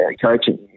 coaching